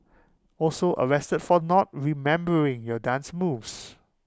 also arrested for not remembering your dance moves